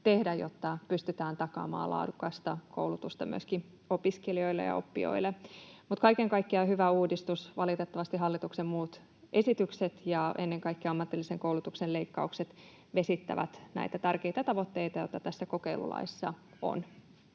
jotta pystytään takaamaan laadukasta koulutusta myöskin opiskelijoille ja oppijoille. Mutta kaiken kaikkiaan hyvä uudistus. Valitettavasti hallituksen muut esitykset ja ennen kaikkea ammatillisen koulutuksen leikkaukset vesittävät näitä tärkeitä tavoitteita, joita tässä kokeilulaissa on.